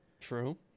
true